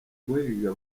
guhiga